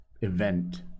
event